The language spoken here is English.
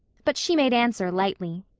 but she made answer lightly.